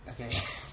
Okay